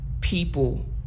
people